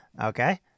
Okay